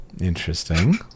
Interesting